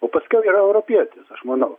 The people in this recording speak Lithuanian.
o paskiau yra europietis aš manau